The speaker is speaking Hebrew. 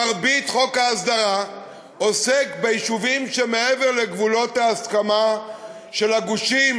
מרבית חוק ההסדרה עוסק ביישובים שמעבר לגבולות ההסכמה של הגושים,